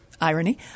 irony